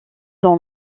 dans